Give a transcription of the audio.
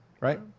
right